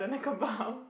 bump